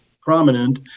prominent